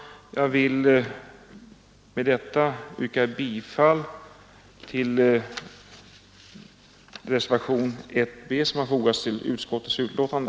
Jag vill med detta yrka bifall till reservation 1 b som är fogad till utskottets betänkande.